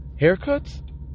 Haircuts